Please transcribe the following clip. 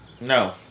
no